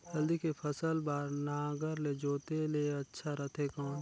हल्दी के फसल बार नागर ले जोते ले अच्छा रथे कौन?